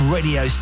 Radio